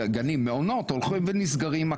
מעונות הולכים ונסגרים,